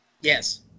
Yes